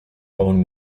own